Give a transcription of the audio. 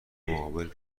مقابل